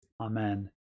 Amen